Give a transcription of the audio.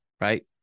right